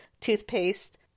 toothpaste